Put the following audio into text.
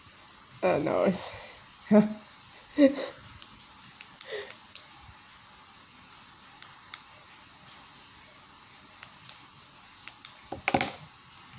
uh no it's !huh!